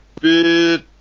bit